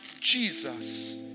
Jesus